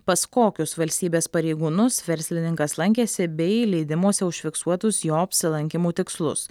pas kokius valstybės pareigūnus verslininkas lankėsi bei leidimuose užfiksuotus jo apsilankymų tikslus